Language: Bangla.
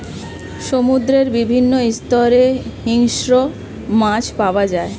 সমুদ্রের বিভিন্ন স্তরে হিংস্র মাছ পাওয়া যায়